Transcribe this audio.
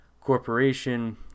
corporation